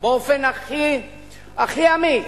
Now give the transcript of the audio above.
באופן הכי אמיץ: